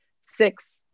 six